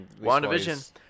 WandaVision